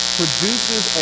produces